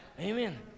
Amen